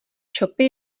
shopy